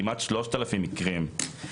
כמעט 3,000 מקרים.